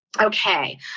Okay